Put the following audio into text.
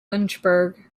lynchburg